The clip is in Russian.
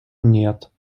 нет